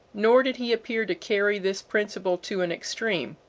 nor did he appear to carry this principle to an extreme.